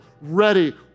ready